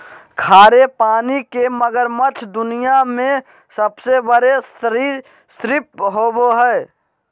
खारे पानी के मगरमच्छ दुनिया में सबसे बड़े सरीसृप होबो हइ